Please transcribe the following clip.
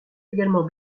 également